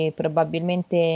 probabilmente